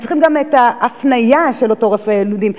הם צריכים גם את ההפניה של אותו רופא יילודים,